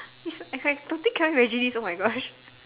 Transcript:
eh so I totally cannot imagine this oh my gosh